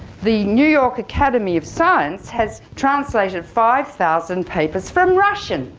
the new york academy of science has translated five thousand papers from russian!